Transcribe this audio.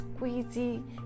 squeezy